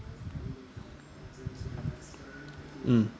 mm